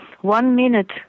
one-minute